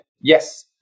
yes